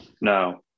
No